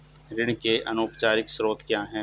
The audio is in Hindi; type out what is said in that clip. ऋण के अनौपचारिक स्रोत क्या हैं?